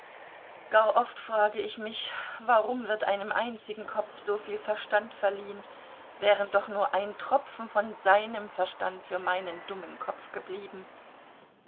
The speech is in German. gar oft frage ich mich warum wird einem einzigen kopf soviel verstand verliehen wäre doch nur ein tropfen von seinem verstand für meinen dummen kopf geblieben